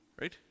right